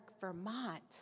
Vermont